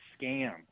scam